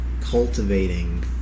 cultivating